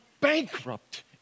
bankrupt